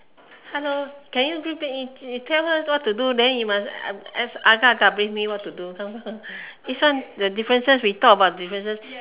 hello can you read back you you tell her what to do then you must uh agak agak brief me what to do this one the differences we talk about the differences